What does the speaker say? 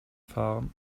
fahren